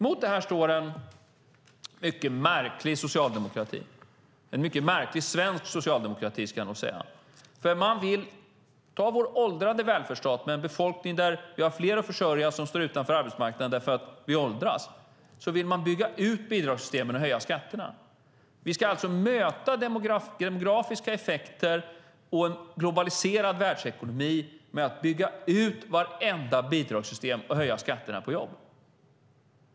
Mot detta står en mycket märklig socialdemokrati - en mycket märklig svensk socialdemokrati skulle jag nog säga. I vår åldrande välfärdsstat med fler äldre att försörja som står utanför arbetsmarknaden vill man bygga ut bidragssystemen och höja skatterna. Vi ska alltså möta demografiska effekter och en globaliserad världsekonomi med att bygga ut vartenda bidragssystem och höja skatterna på jobb.